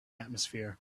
atmosphere